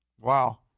wow